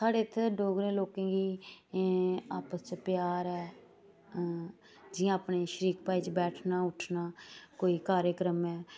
साढ़े इ'त्थें दे डोगरें लोकें गी आपस च प्यार ऐ जि'यां अपने शरीपा च बैठना उठना कोई कार्यक्रम ऐ